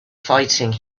fighting